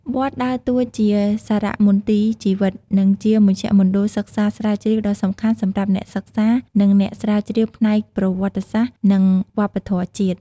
វត្តដើរតួជាសារមន្ទីរជីវិត និងជាមជ្ឈមណ្ឌលសិក្សាស្រាវជ្រាវដ៏សំខាន់សម្រាប់អ្នកសិក្សា និងអ្នកស្រាវជ្រាវផ្នែកប្រវត្តិសាស្ត្រ និងវប្បធម៌ជាតិ។